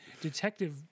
detective